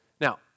Now